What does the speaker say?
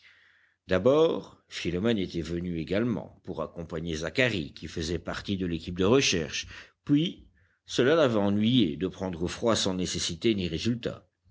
d'abord philomène était venue également pour accompagner zacharie qui faisait partie de l'équipe de recherches puis cela l'avait ennuyée de prendre froid sans nécessité ni résultat